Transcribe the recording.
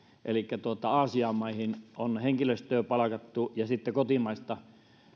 elikkä aasian maista on henkilöstöä palkattu siten kotimaista